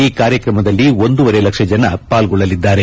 ಈ ಕಾರ್ಯಕ್ರಮದಲ್ಲಿ ಒಂದೂವರೆ ಲಕ್ಷ ಜನರು ಪಾಲ್ಗೊಳ್ಳಲಿದ್ದಾರೆ